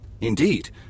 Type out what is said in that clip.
Indeed